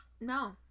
No